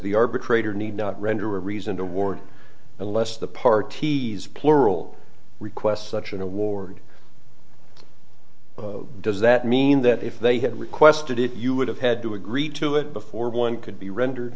the arbitrator need to render a reason toward a less the parties plural request such an award does that mean that if they had requested it you would have had to agree to it before one could be rendered